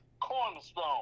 cornerstone